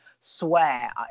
swear